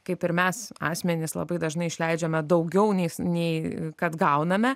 kaip ir mes asmenys labai dažnai išleidžiame daugiau neis nei kad gauname